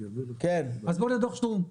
אז בוא לדו"ח שטרום.